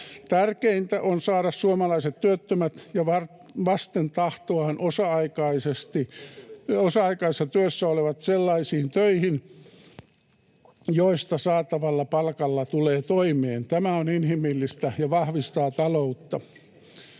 Tärkeintä on saada suomalaiset työttömät ja vasten tahtoaan osa-aikaisessa työssä olevat sellaisiin töihin, joista saatavalla palkalla tulee toimeen. Tämä on inhimillistä ja vahvistaa taloutta.